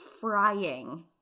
frying